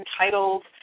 entitled